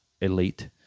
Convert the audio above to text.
elite